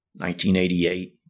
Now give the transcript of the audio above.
1988